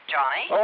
Johnny